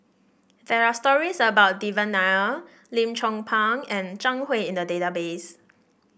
there are stories about Devan Nair Lim Chong Pang and Zhang Hui in the database